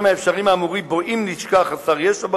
האפשריים האמורים: אם נשכח חסר ישע ברכב,